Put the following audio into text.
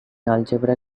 algebra